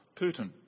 Putin